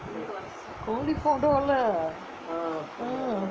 kozhi four dollar mm